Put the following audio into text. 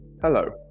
Hello